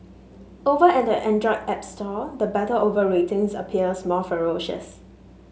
over at the Android app store the battle over ratings appears more ferocious